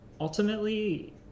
ultimately